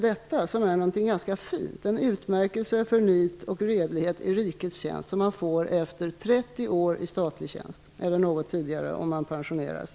Detta är något ganska fint -- en utmärkelse för nit och redlighet i rikets tjänst som man får efter 30 år i statlig tjänst eller något tidigare om man pen sioneras.